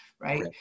right